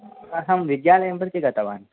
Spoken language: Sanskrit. अहं विद्यालयं प्रति गतवान्